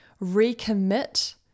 recommit